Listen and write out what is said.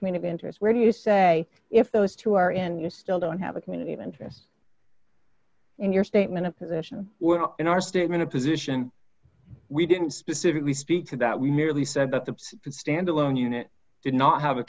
community interest where do you say if those two are in you still don't have a community of interest in your statement of position we're in our statement of position we didn't specifically speak to that we merely said that the standalone unit did not have a